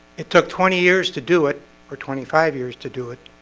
it took twenty years to do it for twenty five years to do it.